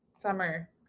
Summer